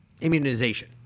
immunization